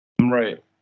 Right